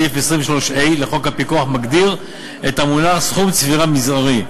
סעיף 23(ה) לחוק הפיקוח מגדיר את המונח "סכום צבירה מזערי”